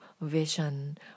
vision